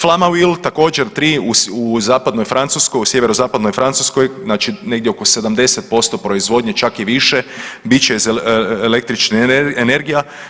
Flamanville također 3 u zapadnoj Francuskoj, u sjeverozapadnoj Francuskoj, znači negdje oko 70% proizvodnje čak i više bit će električna energija.